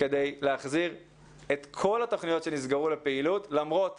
שנחזיר את כל התוכניות שנסגרו לפעילות למרות